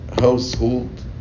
household